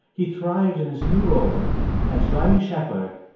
he thrived in his new role as riley shepard,